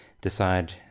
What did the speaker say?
decide